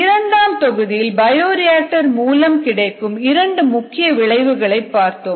இரண்டாம் தொகுதியில் பயோரியாக்டர் மூலம் கிடைக்கும் இரண்டு முக்கிய விளைவுகளை பார்த்தோம்